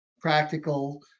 practical